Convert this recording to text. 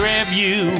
Review